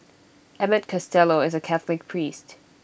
Emmett Costello is A Catholic priest